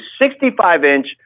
65-inch